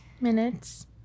minutes